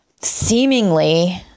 seemingly